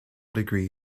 degree